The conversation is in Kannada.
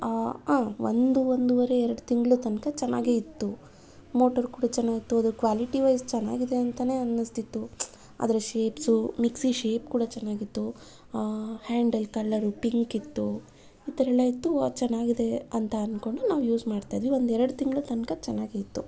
ಹಾಂ ಒಂದು ಒಂದುವರೆ ಎರಡು ತಿಂಗಳು ತನಕ ಚೆನ್ನಾಗೆ ಇತ್ತು ಮೋಟಾರ್ ಕೂಡ ಚೆನ್ನಾಗಿತ್ತು ಅದರ ಕ್ವಾಲಿಟಿ ವೈಸ್ ಚೆನ್ನಾಗಿದೆ ಅಂತನೆ ಅನ್ನಿಸ್ತಿತ್ತು ಅದರ ಶೇಪ್ಸು ಮಿಕ್ಸಿ ಶೇಪ್ ಕೂಡ ಚೆನ್ನಾಗಿತ್ತು ಹ್ಯಾಂಡಲ್ ಕಲ್ಲರು ಪಿಂಕ್ ಇತ್ತು ಆ ಥರ ಎಲ್ಲ ಇತ್ತು ಚೆನ್ನಾಗಿದೆ ಅಂತ ಅನ್ಕೊಂಡು ನಾವು ಯೂಸ್ ಮಾಡ್ತಾ ಇದ್ವಿ ಒಂದು ಎರಡು ತಿಂಗಳು ತನಕ ಚೆನ್ನಾಗೆ ಇತ್ತು